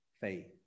faith